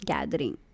Gathering